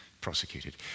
prosecuted